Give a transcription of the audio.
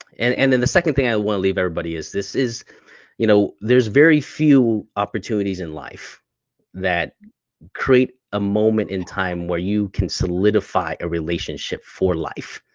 and and then the second thing i wanna leave everybody is this you know there's very few opportunities in life that create a moment in time where you can solidify a relationship for life.